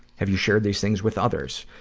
have you shared these things with others?